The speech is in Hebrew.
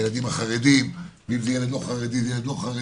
הילדים החרדים, ואם זה ילד לא חרדי אז לא חרדי